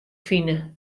fine